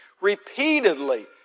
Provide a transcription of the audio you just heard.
repeatedly